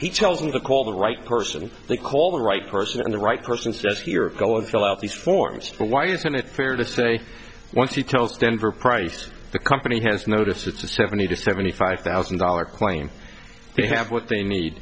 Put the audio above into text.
he tells them to call the right person they call the right person and the right person says here go and fill out these forms why isn't it fair to say once he tells denver price the company has notice it's a seventy to seventy five thousand dollar claim they have what they